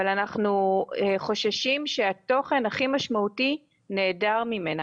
אבל אנחנו חוששים שהתוכן הכי משמעותי נעדר ממנה.